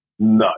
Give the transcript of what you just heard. No